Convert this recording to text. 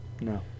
No